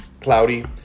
cloudy